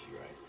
right